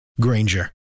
Granger